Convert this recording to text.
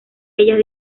ellas